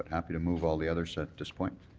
but happy to move all the others at this point.